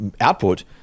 output